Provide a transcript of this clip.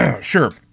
sure